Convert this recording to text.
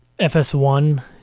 FS1 –